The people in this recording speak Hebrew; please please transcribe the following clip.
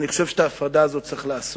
אני חושב שאת ההפרדה הזאת צריכים לעשות.